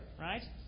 Right